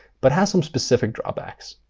but has some specific drawbacks.